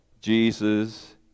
jesus